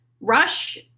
Rush